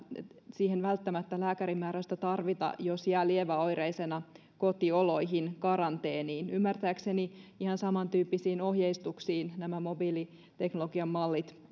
siihen välttämättä lääkärin määräystä tarvita jos jää lieväoireisena kotioloihin karanteeniin ymmärtääkseni ihan saman tyyppisiin ohjeistuksiin pohjautuvat nämä mobiiliteknologian mallit